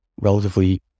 relatively